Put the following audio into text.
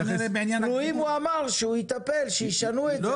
כלואים הוא אמר שהוא יטפל שישנו את זה,